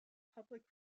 public